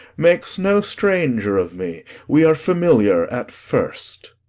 makes no stranger of me we are familiar at first.